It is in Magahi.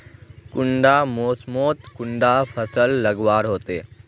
कुंडा मोसमोत कुंडा फसल लगवार होते?